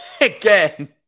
again